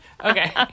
Okay